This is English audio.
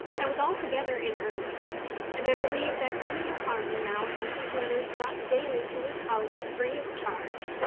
i was altogether in earnest and i believe that many a farmer now has his letters brought daily to his house free of charge,